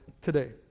today